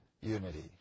unity